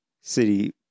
City